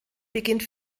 beginnt